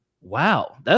Wow